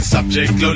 Subject